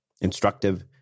instructive